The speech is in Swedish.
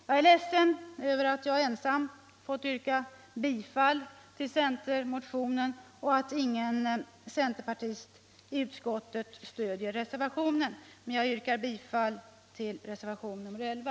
Jag är ledsen över att jag ensam fått yrka bifall till centermotionen och att ingen centerpartist i utskottet stöder reservationen, men jag yrkar ändå bifall till reservationen 11.